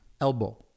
elbow